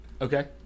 Okay